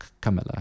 camilla